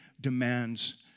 demands